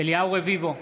אליהו רביבו,